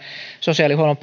sosiaalihuollon